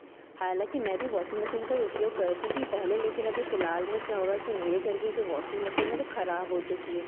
हालाँकि मैं भी वॉसिंग मसीन का ही उपयोग करती थी पहले लेकिन अभी फ़िलहाल में क्या हुआ कि मेरे घर की जो वॉसिंग मसीन है वह खराब हो चुकी है